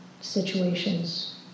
situations